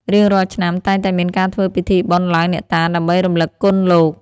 រៀងរាល់ឆ្នាំ តែងតែមានការធ្វើពិធីបុណ្យឡើងអ្នកតាដើម្បីរំលឹកគុណលោក។